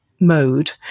mode